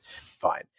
Fine